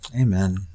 Amen